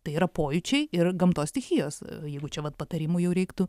tai yra pojūčiai ir gamtos stichijos jeigu čia vat patarimų jau reiktų